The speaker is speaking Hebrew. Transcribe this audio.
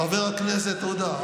חבר הכנסת עודה,